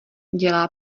dělá